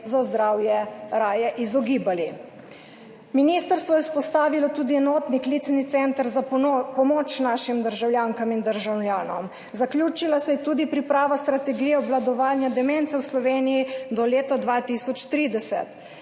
za zdravje raje izogibali. Ministrstvo je vzpostavilo tudi enotni klicni center za pomoč našim državljankam in državljanom. Zaključila se je tudi priprava strategije obvladovanja demence v Sloveniji do leta 2030.